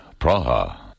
Praha